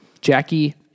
Jackie